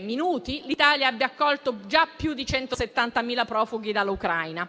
minuti - l'Italia abbia accolto già più di 170.000 profughi dall'Ucraina.